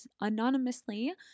anonymously